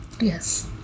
Yes